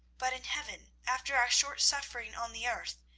but in heaven, after our short suffering on the earth,